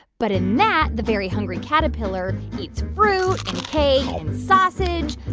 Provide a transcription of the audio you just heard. but in that, the very hungry caterpillar eats fruit and cake and sausage.